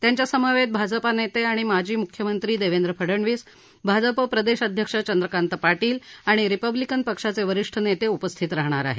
त्यांच्या समवेत भाजपनेते आणि माजी मुख्यमंत्री देवेंद्र फडणवीस भाजप प्रदेश अध्यक्ष चंद्रकांत पाटील आणि रिपब्लिकन पक्षाचे वरिष्ठ नेते उपस्थित राहणार आहेत